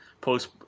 post